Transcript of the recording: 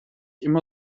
immer